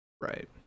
Right